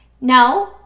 No